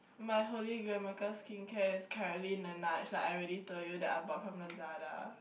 my holy grail dermaskincare is currently Laneige like I already told you that I bought from Lazada